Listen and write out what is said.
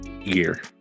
Year